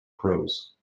prose